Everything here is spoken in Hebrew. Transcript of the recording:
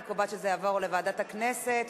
אני קובעת שזה יעבור לוועדת הכנסת,